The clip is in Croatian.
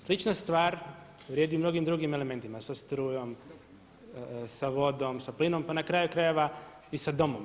Slična stvar vrijedi u mnogim drugim elementima sa strujom, sa vodom, sa plinom, pa na kraju krajeva i sa domom.